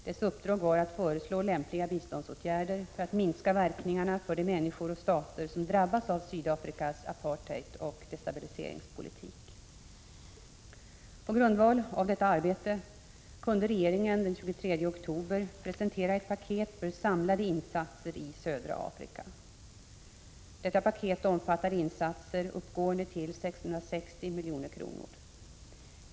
Dess uppdrag var att föreslå lämpliga biståndsåtgärder för att minska verkningarna för de människor och stater som drabbas av Sydafrikas apartheidoch destabiliseringspolitik. På grundval av detta arbete kunde regeringen den 23 oktober presentera ett paket för samlade insatser i södra Afrika. Detta paket omfattar insatser uppgående till 660 milj.kr.